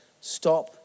stop